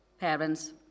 parents